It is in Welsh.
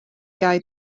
gau